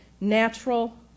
natural